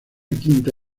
quinta